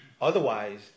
Otherwise